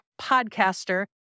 podcaster